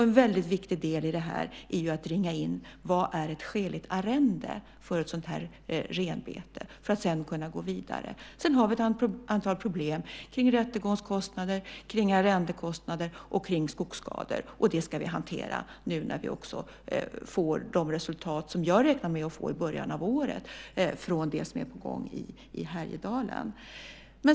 En väldigt viktig del i detta är att ringa in vad som är ett skäligt arrende för ett renbete för att sedan kunna gå vidare. Sedan har vi ett antal problem kring rättegångskostnader, arrendekostnader och skogsskador. Dem ska vi hantera nu när vi också får de resultat som jag räknar med att få i början av året, från det som är på gång i Härjedalen.